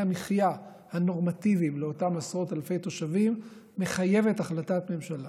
המחיה הנורמטיביים לאותם עשרות אלפי תושבים מחייבת החלטת ממשלה